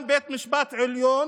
גם בית המשפט העליון